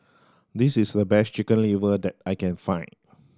this is the best Chicken Liver that I can find